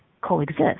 coexist